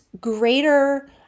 greater